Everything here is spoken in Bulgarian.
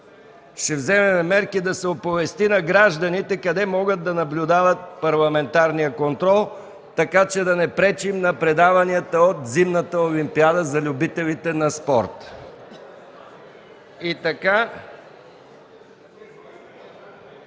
Ще вземем мерки да се оповести на гражданите къде могат да наблюдават парламентарния контрол, така че да не пречим на предаванията от Зимната олимпиада – за любителите на спорта.